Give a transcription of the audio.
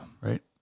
Right